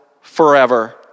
forever